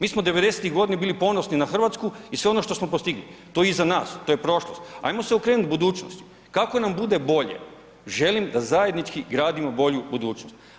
Mi smo '90.-tih godina bili ponosni na RH i sve ono što smo postigli, to je iza nas, to je prošlost, ajmo se okrenut budućnosti kako nam bude bolje, želim da zajednički gradimo bolju budućnost.